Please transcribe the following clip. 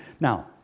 Now